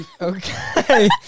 Okay